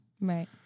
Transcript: Right